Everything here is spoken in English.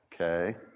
Okay